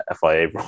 FIA